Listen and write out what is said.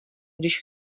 když